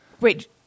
wait